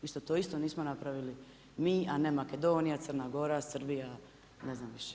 Mi isto to nismo napravili mi a ne Makedonija, Crna Gora, Srbija, ne znam više.